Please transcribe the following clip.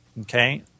Okay